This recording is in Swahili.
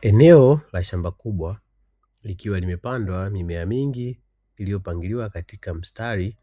Eneo la shamba kubwa likiwa limepandwa mimea mingi iliyopangiliwa katika mistari